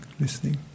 listening